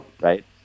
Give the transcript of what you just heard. right